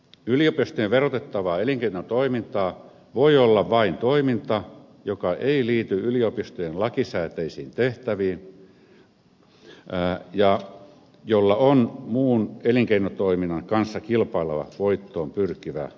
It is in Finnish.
yliopistojen verotettavaa elinkeinotoimintaa voi olla vain toiminta joka ei liity yliopistojen lakisääteisiin tehtäviin ja jolla on muun elinkeinotoiminnan kanssa kilpaileva voittoon pyrkivä luonne